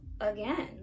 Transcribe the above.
again